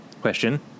Question